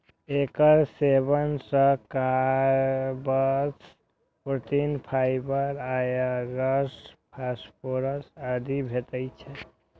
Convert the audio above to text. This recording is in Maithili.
एकर सेवन सं कार्ब्स, प्रोटीन, फाइबर, आयरस, फास्फोरस आदि भेटै छै